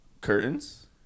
Curtains